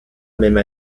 même